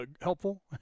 helpful